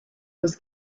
was